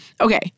Okay